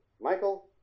Michael